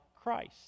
Christ